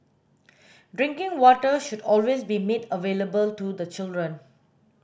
drinking water should always be made available to the children